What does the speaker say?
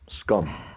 Scum